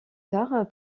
tard